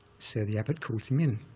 so the abbot calls him in,